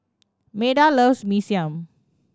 Meda loves Mee Siam